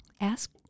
Ask